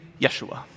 Yeshua